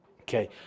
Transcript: Okay